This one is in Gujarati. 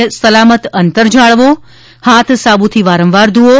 એકબીજાથી સલામત અંતર જાળવો હાથ સાબુથી વારંવાર ધુવો